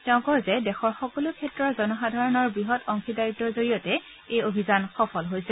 তেওঁ কয় যে দেশৰ সকলো ক্ষেত্ৰৰ জনসাধাৰণৰ বৃহৎ অংশদাৰিত্বৰ জৰিয়তে এই অভিযানত সফল হৈছে